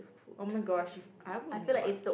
oh-my-gosh I would not